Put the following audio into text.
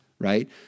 Right